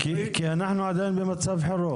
כי אנחנו עדיין במצב חירום.